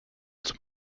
zum